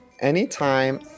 anytime